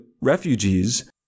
refugees